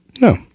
No